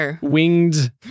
winged